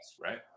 right